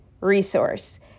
resource